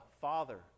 Father